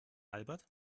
albert